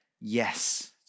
yes